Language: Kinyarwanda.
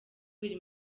biri